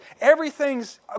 Everything's